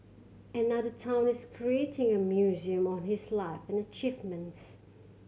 another town is creating a museum on his life and achievements